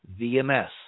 VMS